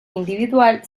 individual